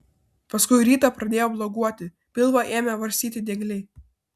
paskui rytą pradėjo bloguoti pilvą ėmė varstyti diegliai